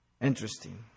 Interesting